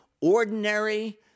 ordinary